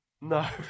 No